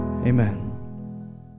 Amen